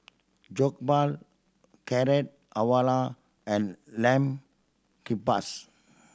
Jokbal Carrot Halwa and Lamb Kebabs